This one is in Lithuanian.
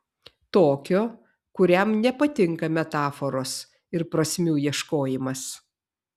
tokio kuriam nepatinka metaforos ir prasmių ieškojimas